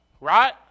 right